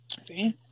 See